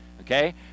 Okay